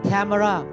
Camera